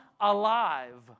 alive